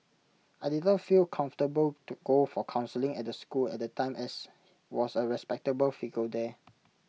I didn't feel comfortable to go for counselling at the school at time as was A respectable figure there